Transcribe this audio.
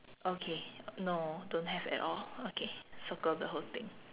okay no don't have at all okay circle the whole thing